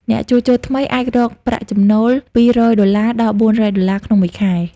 អ្នកជួសជុលថ្មីអាចរកប្រាក់ចំណូល២០០ ដុល្លារដល់ ៤០០ ដុល្លារ ក្នុងមួយខែ។